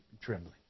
trembling